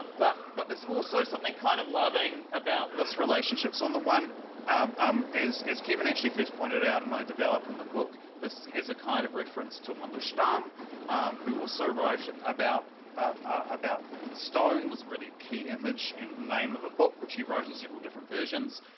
but but there's also something kind of loving about this relationship. so on the one um um as as kevin actually first pointed out and i develop in the book this has a kind of reference to mandelstam who also so wrote about about stone was a really key image and name of a book which he wrote in several different versions